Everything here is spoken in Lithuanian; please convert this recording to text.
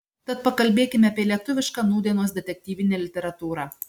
tad pakalbėkime apie lietuvišką nūdienos detektyvinę literatūrą